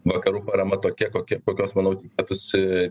vakarų parama tokia kokia kokios manau tikėtųsi